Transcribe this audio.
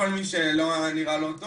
מי שלא היה נראה לו,